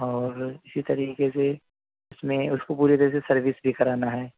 اور اسی طریقے سے اس میں اس کو پورے طرح سے سروس بھی کرانا ہے